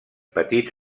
petits